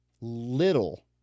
little